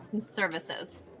services